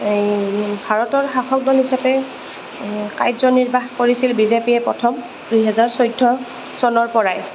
এই ভাৰতৰ শাসক দল হিচাপে কাৰ্য নিৰ্বাহ কৰিছিল বি জে পিয়ে প্ৰথম দুহেজাৰ চৈধ্য চনৰ পৰাই